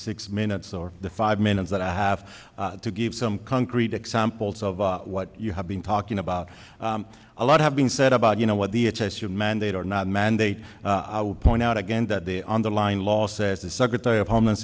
six minutes or the five minutes that i have to give some concrete examples of what you have been talking about a lot has been said about you know what the h s your mandate or not mandate i will point out again that the underlying law says the secretary of homeland